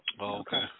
Okay